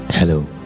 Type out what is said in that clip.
Hello